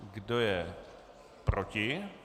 Kdo je proti?